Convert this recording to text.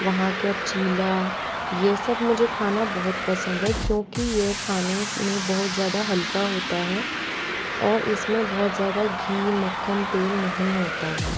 वहाँ का चीला यह सब मुझे खाना बहुत पसंद है क्योंकि यह खाने में बहुत ज़्यादा हल्का होता है और इस में बहुत ज़्यादा घी मक्खन तेल नहीं होता है